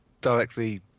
directly